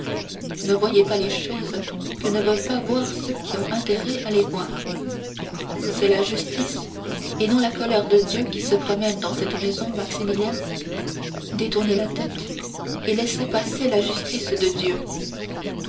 ne voyez pas les choses que ne veulent pas voir ceux qui ont intérêt à les voir si c'est la justice et non la colère de dieu qui se promène dans cette maison maximilien détournez la tête et laissez passer la justice de dieu